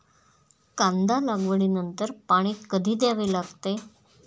कांदा लागवडी नंतर पाणी कधी द्यावे लागते?